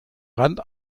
rand